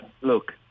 look